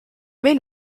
main